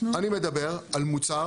אני מדבר על מוצר